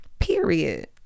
period